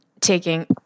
taking